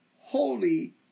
holy